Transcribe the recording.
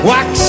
Wax